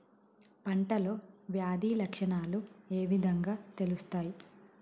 పంటలో వ్యాధి లక్షణాలు ఏ విధంగా తెలుస్తయి?